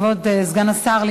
כבוד סגן השר,